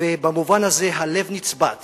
במובן הזה הלב נצבט